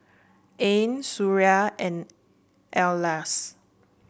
Ain Suria and Elyas